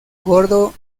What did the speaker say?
gordo